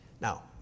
Now